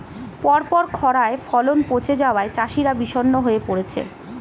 পরপর খড়ায় ফলন পচে যাওয়ায় চাষিরা বিষণ্ণ হয়ে পরেছে